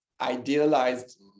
idealized